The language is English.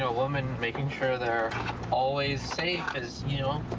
ah woman, making sure they're always safe is, you